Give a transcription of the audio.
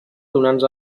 donants